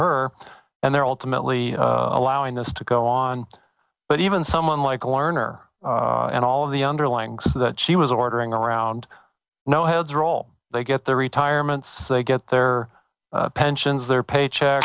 her and they're all to mentally allowing this to go on but even someone like lerner and all of the underlying causes that she was ordering around no heads roll they get their retirements they get their pensions their pay check